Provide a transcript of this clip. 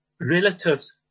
relatives